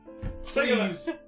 Please